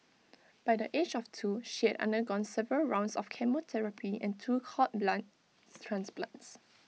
by the age of two she had undergone several rounds of chemotherapy and two cord blood transplants